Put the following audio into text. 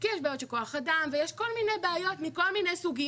כי יש בעיות של כוח אדם ויש כל מיני בעיות מכל מיני סוגים.